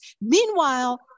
Meanwhile